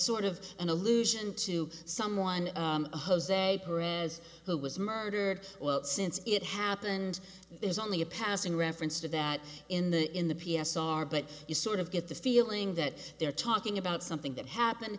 sort of an allusion to someone jose who was murdered since it happened there's only a passing reference to that in the in the p s r but you sort of get the feeling that you're talking about something that happened